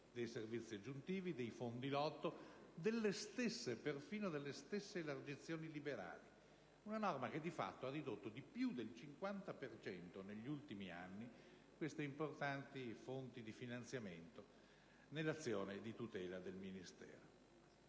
dei servizi aggiuntivi, dei fondi Lotto e perfino delle stesse elargizioni liberali. Tale norma, di fatto, ha ridotto di più del 50 per cento negli ultimi anni queste importanti fonti di finanziamento nell'azione di tutela del Ministero.